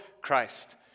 Christ